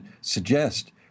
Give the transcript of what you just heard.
suggest